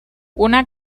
una